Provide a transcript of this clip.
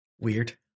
Weird